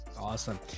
awesome